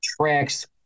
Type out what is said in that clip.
tracks